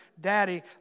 daddy